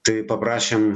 tai paprašėm